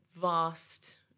vast